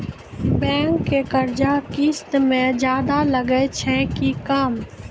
Bank के कर्जा किस्त मे ज्यादा लागै छै कि कम?